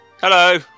Hello